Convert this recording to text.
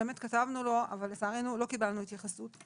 ובאמת כתבנו לו אבל לצערנו לא קיבלנו התייחסות.